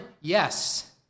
Yes